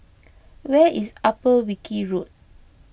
where is Upper Wilkie Road